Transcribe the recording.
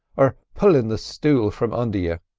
or pullin' the stool from under you,